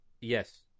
yes